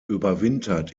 überwintert